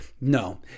No